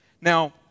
Now